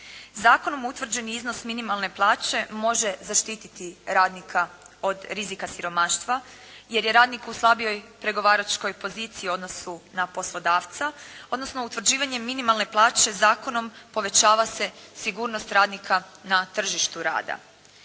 Zakonom utvrđen iznos minimalne plaće može zaštititi radnika od rizika siromaštva jer je radnik u slabijoj pregovaračkoj poziciji u odnosu na poslodavca odnosno utvrđivanje minimalne plaće zakonom povećava se sigurnost radnika na tržištu rada.